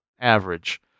average